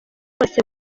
bose